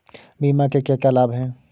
बीमा के क्या क्या लाभ हैं?